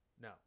no